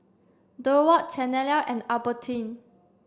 Durward Chanelle and Albertine